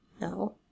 No